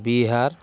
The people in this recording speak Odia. ବିହାର